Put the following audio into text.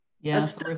Yes